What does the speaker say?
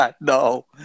No